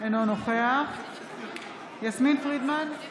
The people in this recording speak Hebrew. אינו נוכח יסמין פרידמן,